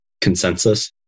consensus